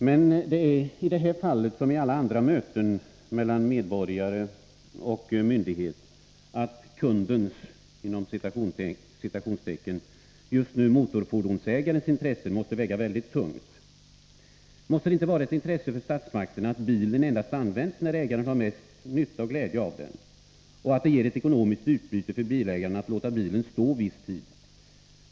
Men i det här fallet, som i alla andra möten mellan medborgare och myndigheter, måste ”kundens” — just nu motorfordonsägarens — intressen väga väldigt tungt. Måste det inte vara intressant för statsmakterna att bilen används när ägaren har mest nytta och glädje av den, och att det ger ett ekonomiskt utbyte för bilägaren att låta bilen stå viss tid?